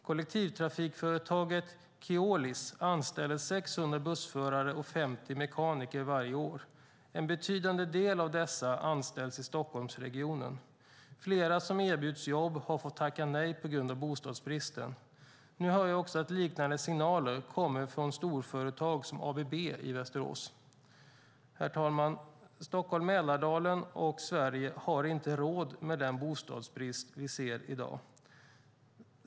Kollektivtrafikföretaget Keolis anställer 600 bussförare och 50 mekaniker varje år. En betydande del av dessa anställs i Stockholmsregionen. Flera som erbjudits jobb har fått tacka nej på grund av bostadsbristen. Nu hör jag också att liknande signaler kommer från storföretag som ABB i Västerås. Herr talman! Stockholm-Mälardalen och Sverige har inte råd med den bostadsbrist vi ser i dag.